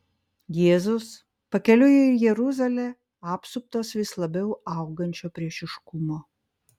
jėzus pakeliui į jeruzalę apsuptas vis labiau augančio priešiškumo